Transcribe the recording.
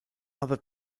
other